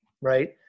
right